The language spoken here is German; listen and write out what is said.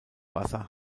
wasser